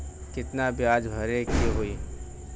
कितना ब्याज भरे के होई?